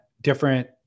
different